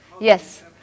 Yes